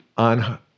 On